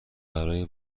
برای